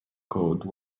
code